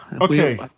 Okay